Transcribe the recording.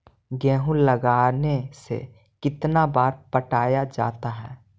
गेहूं लगने से कितना बार पटाया जाता है?